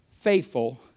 faithful